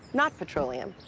not petroleum.